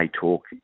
talk